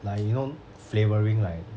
like you know flavouring like